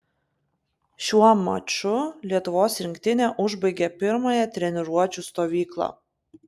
šiuo maču lietuvos rinktinė užbaigė pirmąją treniruočių stovyklą